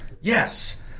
Yes